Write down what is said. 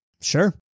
Sure